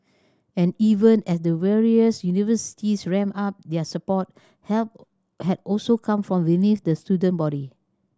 and even as the various universities ramp up their support help has also come from within the student body